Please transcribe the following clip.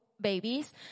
babies